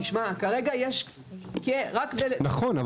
נכון.